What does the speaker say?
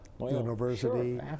University